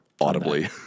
audibly